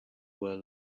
were